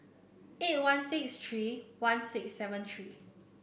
eight one six three one six seven three